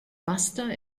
buster